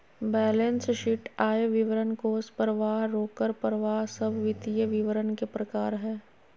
balance sheet, आय विवरण, कोष परवाह, रोकड़ परवाह सब वित्तीय विवरण के प्रकार हय